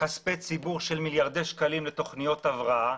כספי ציבור של מיליארדי שקלים לתוכניות הבראה.